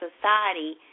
society